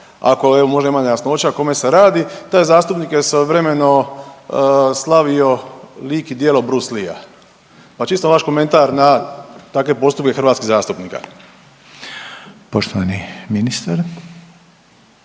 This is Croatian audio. Ako evo možda ima nejasnoća o kome se radi, to je zastupnik … slavi lik i djelo Bruce Leea, pa čisto vaš komentar na takve postupke hrvatskih zastupnika. **Reiner,